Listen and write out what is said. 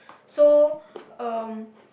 so um